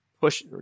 push